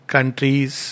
countries